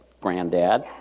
granddad